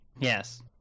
Yes